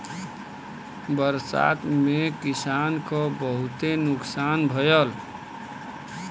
बरसात में किसान क बहुते नुकसान भयल